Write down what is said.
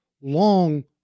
long